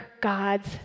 God's